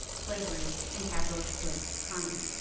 slavery, and capitalist political economy.